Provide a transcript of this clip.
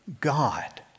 God